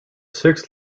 six